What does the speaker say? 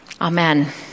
Amen